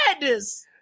Madness